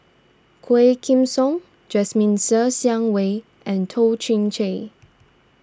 Quah Kim Song Jasmine Ser Xiang Wei and Toh Chin Chye